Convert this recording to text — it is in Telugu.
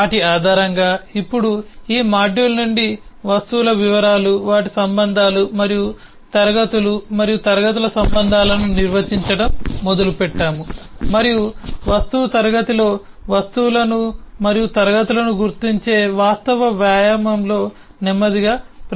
వాటి ఆధారంగా ఇప్పుడు ఈ మాడ్యూల్ నుండి వస్తువుల వివరాలు వాటి సంబంధాలు మరియు తరగతులు మరియు తరగతుల సంబంధాలను నిర్వచించడం మొదలుపెట్టాము మరియు వస్తువు క్లాస్ లో వస్తువులను మరియు తరగతులను గుర్తించే వాస్తవ వ్యాయామంలో నెమ్మదిగా ప్రవేశిస్తాము